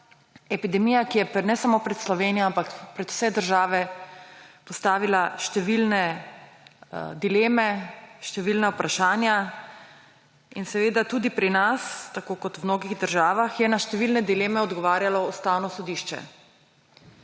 epidemija ki je ne samo pred Slovenijo, ampak pred vse države postavila številne dileme, številna vprašanja. Tudi pri nas tako kot v mnogih državah je na številne dileme odgovarjalo Ustavno sodišče.